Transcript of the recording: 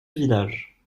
village